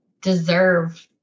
deserve